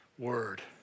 Word